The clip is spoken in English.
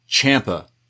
champa